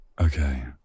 Okay